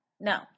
No